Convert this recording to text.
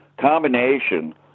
combination